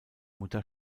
mutter